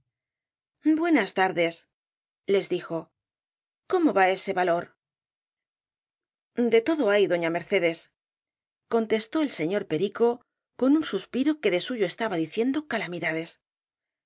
perro buenas tardes les dijo cómo va ese valor de todo hay doña mercedescontestó el señor perico con un suspiro que de suyo estaba diciendo calamidades